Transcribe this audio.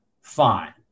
Fine